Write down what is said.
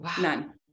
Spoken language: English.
None